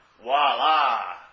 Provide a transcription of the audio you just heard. voila